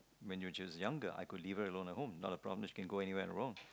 when she was younger I could leave her alone at home not a problem that she could go anywhere on her own